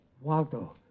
Waldo